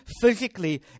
physically